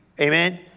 Amen